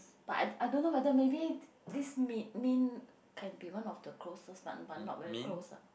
but I I don't know whether maybe this mean mean can be one of the closest but but not very close ah